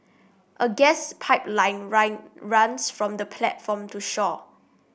a gas pipeline run runs from the platform to shore